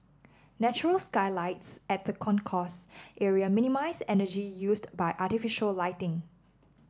natural skylights at the concourse area minimise energy used by artificial lighting